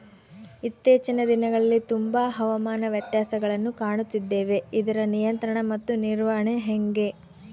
ಇತ್ತೇಚಿನ ದಿನಗಳಲ್ಲಿ ತುಂಬಾ ಹವಾಮಾನ ವ್ಯತ್ಯಾಸಗಳನ್ನು ಕಾಣುತ್ತಿದ್ದೇವೆ ಇದರ ನಿಯಂತ್ರಣ ಮತ್ತು ನಿರ್ವಹಣೆ ಹೆಂಗೆ?